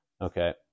Okay